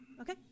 Okay